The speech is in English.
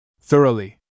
Thoroughly